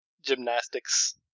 gymnastics